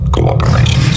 Cooperation